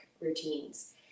routines